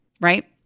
right